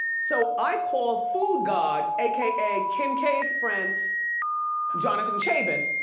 so i called foodgod, aka kim k's friend jonathan cheban.